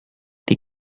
the